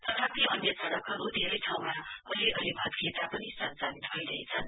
तथापि अन्य सड़कहरु धेरै ठाँउमा अलिअलि भत्किए तापनि सञ्चालित भइरहेछन्